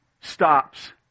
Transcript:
stops